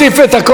אם את רוצה.